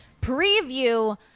preview